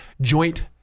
joint